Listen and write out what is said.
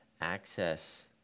access